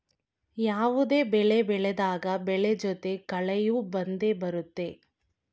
ಯಾವುದೇ ಬೆಳೆ ಬೆಳೆದಾಗ ಬೆಳೆ ಜೊತೆ ಕಳೆಯೂ ಬಂದೆ ಬರುತ್ತೆ